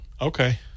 Okay